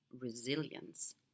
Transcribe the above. resilience